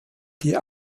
die